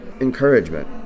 encouragement